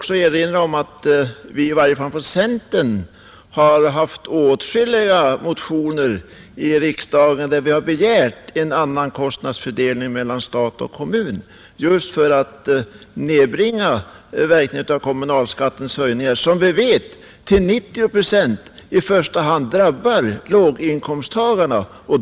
Dessutom vill jag erinra om att vi i varje fall från centern i riksdagen väckt åtskilliga motioner där vi har begärt en annan kostnadsfördelning mellan stat och kommun, just för att nedbringa verkningarna av kommunalskattens höjningar, som vi vet i första hand — till 90 procent — drabbar låginkomsttagarna.